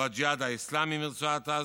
והג'יהאד האסלאמי מרצועת עזה,